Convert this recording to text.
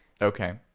Okay